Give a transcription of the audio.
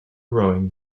growing